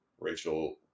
Rachel